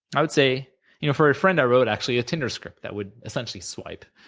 i would say you know for a friend i wrote, actually, a tinder script that would, essentially, swipe,